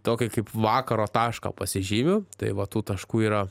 tokį kaip vakaro tašką pasižymiu tai va tų taškų yra